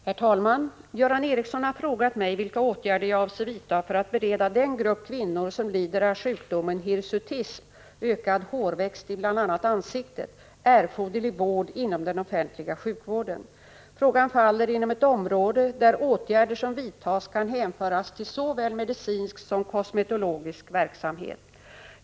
Herr talman! Göran Ericsson har frågat mig vilka åtgärder jag avser vidta för att bereda den grupp kvinnor som lider av sjukdomen hirsutism erforderlig vård inom den offentliga sjukvården. Frågan faller inom ett område där åtgärder som vidtas kan hänföras till såväl medicinsk som kosmetologisk verksamhet.